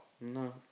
No